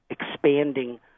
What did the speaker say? expanding